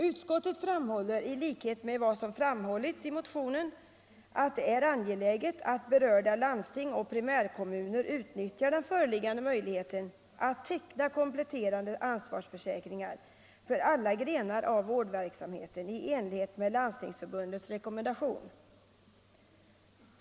Utskottet framhåller i likhet med vad som betonats i motionen att det är angeläget att berörda landsting och primärkommuner utnyttjar den föreliggande möjligheten att teckna kompletterande ansvarsförsäkringar för alla grenar av vårdverksamheten i enlighet med Landstingsförbundets rekommendation.